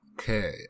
Okay